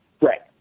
Right